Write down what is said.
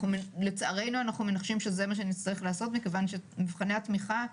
לצערנו אנחנו מנחשים שזה מה שנצטרך לעשות מכיוון שמבחני התמיכה,